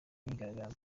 myiyerekano